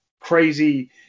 crazy –